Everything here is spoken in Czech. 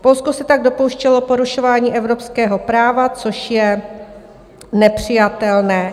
Polsko se tak dopouštělo porušování evropského práva, což je nepřijatelné.